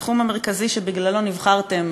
התחום המרכזי שבגללו נבחרתן,